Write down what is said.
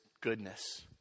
goodness